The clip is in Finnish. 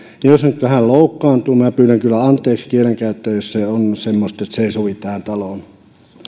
jos nyt vähän loukkaantuu minä pyydän kyllä anteeksi kielenkäyttöäni jos se on semmoista että se ei sovi tähän taloon